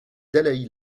dalaï